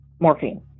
morphine